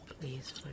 Please